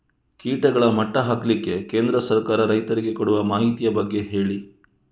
ಕೀಟಗಳ ಮಟ್ಟ ಹಾಕ್ಲಿಕ್ಕೆ ಕೇಂದ್ರ ಸರ್ಕಾರ ರೈತರಿಗೆ ಕೊಡುವ ಮಾಹಿತಿಯ ಬಗ್ಗೆ ಹೇಳಿ